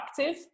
active